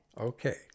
Okay